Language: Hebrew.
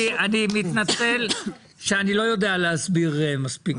אני מתנצל שאני לא יודע להסביר מספיק טוב.